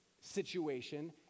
situation